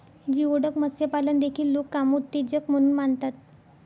geoduck मत्स्यपालन देखील लोक कामोत्तेजक म्हणून मानतात